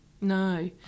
No